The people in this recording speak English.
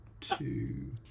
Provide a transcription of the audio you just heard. two